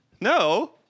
No